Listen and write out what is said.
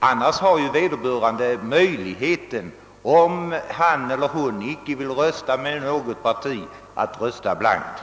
Om vederbörande inte vill rösta med något parti, har han eller hon annars möjlighet att rösta blankt.